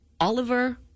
Oliver